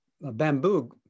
bamboo